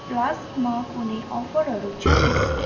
फ्लास्कमा कुनै अफरहरू छन्